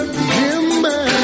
remember